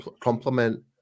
complement